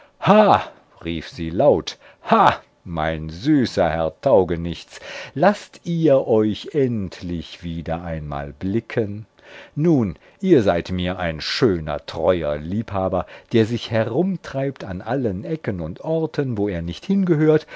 rief sie laut ha mein süßer herr taugenichts laßt ihr euch endlich wieder einmal blicken nun ihr seid mir ein schöner treuer liebhaber der sich herumtreibt an allen ecken und orten wo er nicht hingehört